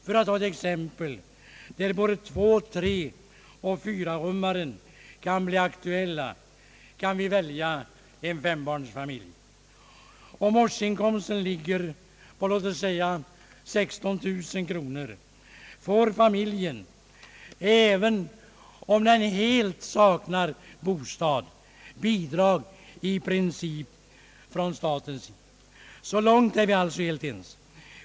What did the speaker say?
För att ta ett exempel, där både två-, treoch fyra-rummare kan bli aktuella, kan vi välja en fembarnsfamilj. Om dess årsinkomst ligger på låt oss säga 16 000 kronor får familjen, även om den helt saknar bostad, i princip bidrag från staten. Så långt är vi alltså helt ense.